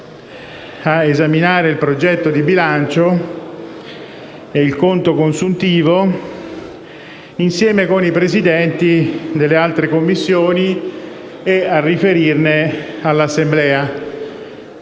a esaminare il progetto di bilancio e il conto consuntivo, insieme con i Presidenti delle altre Commissioni, e a riferirne all'Assemblea.